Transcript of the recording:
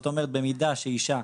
במידה שאישה,